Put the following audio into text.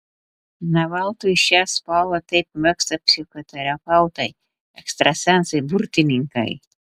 ne veltui šią spalvą taip mėgsta psichoterapeutai ekstrasensai burtininkai